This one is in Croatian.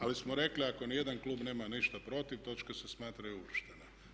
Ali smo rekli ako nijedan klub nema ništa protiv točke se smatraju uvrštene.